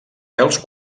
pèls